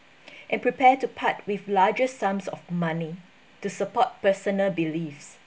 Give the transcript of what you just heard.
and prepare to part with larger sums of money to support personal beliefs